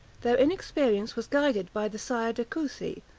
their inexperience was guided by the sire de coucy,